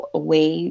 away